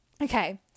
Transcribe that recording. Okay